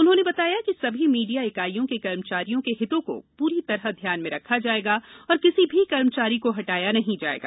उन्होंने बताया कि सभी मीडिया इकाईयों के कर्मचारियों के हितों को पूरी तरह ध्यान में रखा जाएगा और किसी भी कर्मचारी को हटाया नहीं जाएगा